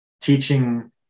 teaching